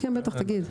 כן, בטח תגיד.